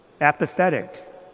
apathetic